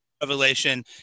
revelation